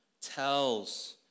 tells